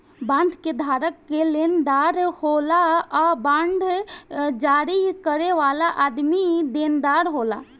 bond के धारक लेनदार होला आ बांड जारी करे वाला आदमी देनदार होला